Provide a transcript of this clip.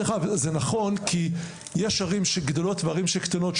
דרך אגב זה נכון כי יש ערים שגדלות וערים שקטנות,